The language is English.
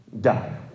die